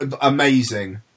amazing